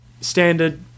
standard